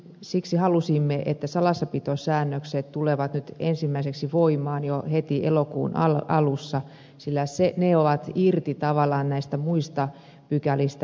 siksi halusimme että salassapitosäännökset tulevat nyt ensimmäiseksi voimaan jo heti elokuun alussa sillä ne ovat irti tavallaan näistä muista pykälistä